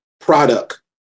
product